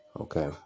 Okay